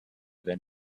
than